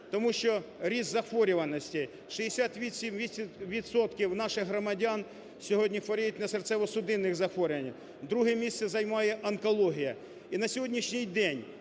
тому що ріст захворюваності, 68 відсотків наших громадян сьогодні хворіють на серцево-судинні захворювання, друге місце займає онкологія. І на сьогоднішній день